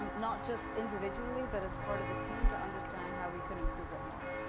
um not just individually but as part of the team to understand how we can improve it more.